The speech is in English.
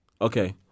Okay